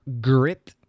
Grit